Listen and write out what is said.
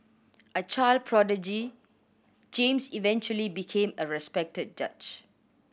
a child prodigy James eventually became a respected judge